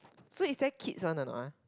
so is there kids one or not ah